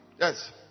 Yes